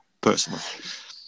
personally